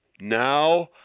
Now